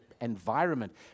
environment